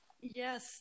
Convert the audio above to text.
yes